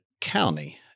county